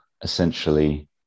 essentially